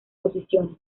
posiciones